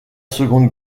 seconde